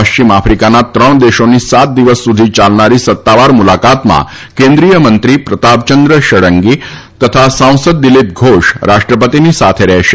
પશ્ચિમ આફ્રિકાના ત્રણ દેશોની સાત દિવસ સુધી ચાલનારી સત્તાવાર મુલાકાતમાં કેન્દ્રિયમંત્રી પ્રતાપયંદ્ર ષડંગી તથા સાંસદ દિલીપ ઘોષ રાષ્ટ્રપતિની સાથે રહેશે